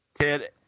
Ted